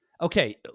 Okay